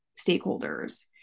stakeholders